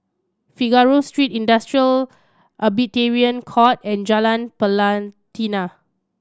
Figaro Street Industrial Arbitration Court and Jalan Pelatina